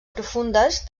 profundes